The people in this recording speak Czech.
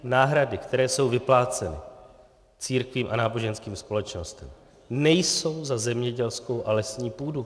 Náhrady, které jsou vypláceny církvím a náboženským společnostem, nejsou za zemědělskou a lesní půdu.